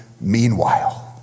meanwhile